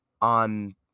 On